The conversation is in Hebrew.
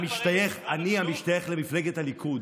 המשתייך למפלגת הליכוד,